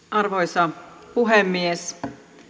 arvoisa puhemies